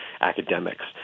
academics